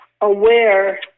aware